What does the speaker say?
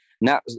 Now